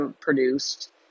produced